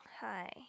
Hi